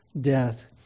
death